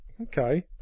Okay